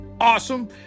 awesome